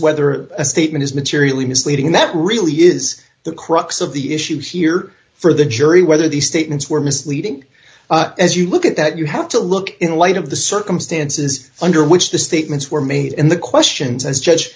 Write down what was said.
whether a statement is materially misleading that really is the crux of the issue here for the jury whether these statements were misleading as you look at that you have to look in light of the circumstances under which the statements were made and the questions as judge